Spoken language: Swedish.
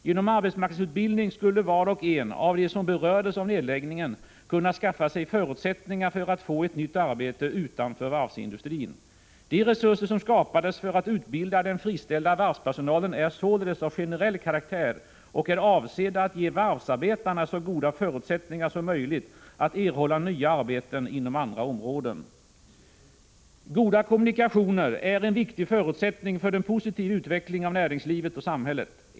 Genom arbetsmarknadsutbildning skulle var och en av dem som berördes av nedläggningen kunna skaffa sig förutsättningar för att få ett nytt arbete utanför varvsindustrin. De resurser som skapades för att utbilda den friställda varvspersonalen är således av generell karaktär och är avsedda att ge varvsarbetarna så goda förutsättningar som möjligt att erhålla nya arbeten inom andra områden. Goda kommunikationer är en viktig förutsättning för en positiv utveckling av näringslivet och samhället.